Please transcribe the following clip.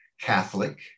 catholic